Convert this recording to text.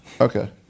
Okay